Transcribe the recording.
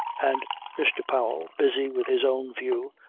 and mr. powell, busy with his own view,